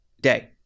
day